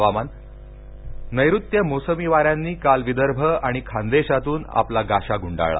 हवामान नैऋत्य मोसमी वाऱ्यांनी काल विदर्भ आणि खानदेशातून गाशा गुंडाळला